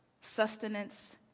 sustenance